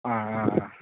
ஆ ஆ ஆ